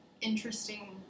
interesting